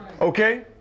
Okay